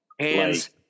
Hands